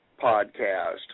podcast